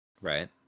Right